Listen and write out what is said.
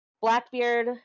Blackbeard